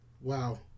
Wow